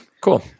Cool